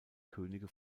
könige